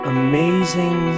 amazing